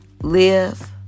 live